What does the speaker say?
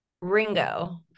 Ringo